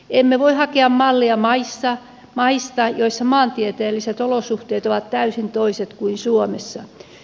emme voi hakea mallia maista joissa maantieteelliset olosuhteet ovat täysin toiset kuin suomessa